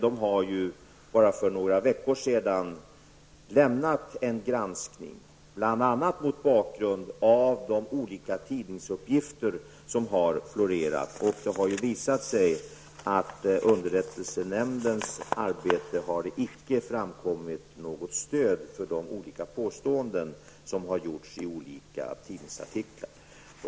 De har för bara några veckor sedan lämnat en granskning som gjordes mot bakgrund av bl.a. de olika tidningsuppgifter som har florerat. Det har i underrättelsenämndens arbete icke framkommit något stöd för de olika påståenden som har gjorts i olika tidningsartiklar.